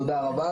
תודה רבה.